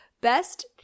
Best